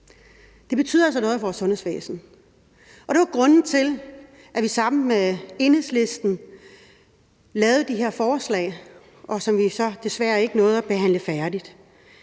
Det betyder altså noget i vores sundhedsvæsen, og det er jo grunden til, at vi sammen med Enhedslisten lavede de her forslag, som vi så desværre ikke nåede at behandle færdig.